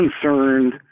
concerned